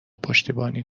پشتیبانی